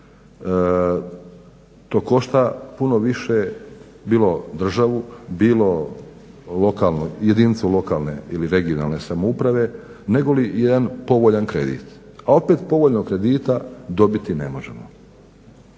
to košta puno više bilo državu, bilo jedinicu lokalne ili regionalne samouprave negoli jedan povoljan kredit. A opet povoljnog kredita dobiti ne možemo.